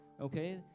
Okay